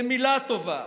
למילה טובה,